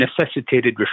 necessitated